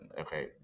okay